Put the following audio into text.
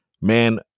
Man